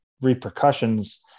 repercussions